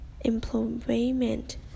employment